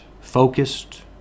focused